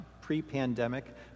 pre-pandemic